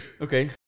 Okay